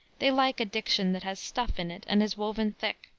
they like a diction that has stuff in it and is woven thick,